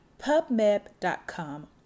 PubMed.com